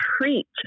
preach